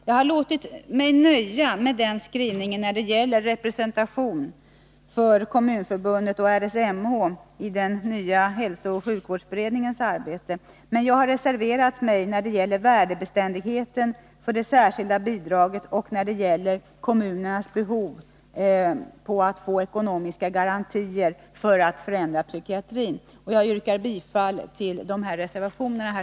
Jag har låtit mig nöja med den skrivningen när det gäller representation för Kommunförbundet och RSMH i den nya hälsooch sjukvårdsberedningens arbete. Men jag har reserverat mig när det gäller värdebeständigheten för det särskilda bidraget, och när det gäller kommunernas behov av att få ekonomiska garantier för att förändra psykiatrin. Herr talman! Jag yrkar bifall till dessa reservationer.